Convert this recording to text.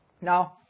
Now